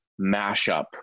mashup